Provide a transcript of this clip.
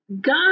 God